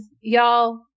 y'all